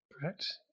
Correct